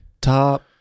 Top